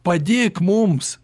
padėk mums